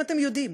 האם אתם יודעים,